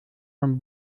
von